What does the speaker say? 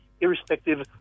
irrespective